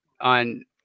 on